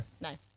No